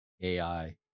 ai